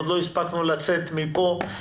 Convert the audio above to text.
עוד לא הספקנו לצאת מפה,